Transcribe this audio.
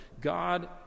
God